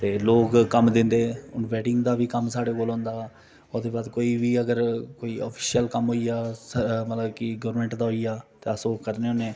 ते लोक कम्म दिंदे ते वैडिंग दा बी कम्म साढ़े कोल आंदा ओह्दे बाद कोई बी अगर ऑफिशियल कम्म होई गेआ मतलब गौरमेंट दा होई गेआ ते अस ओह् करने होन्ने